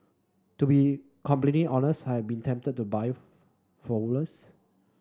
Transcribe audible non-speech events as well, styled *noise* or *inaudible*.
to be completely honest I have been tempted to buy *unintelligible* follows